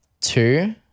Two